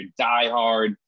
diehard